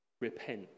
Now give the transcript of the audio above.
repent